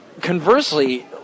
conversely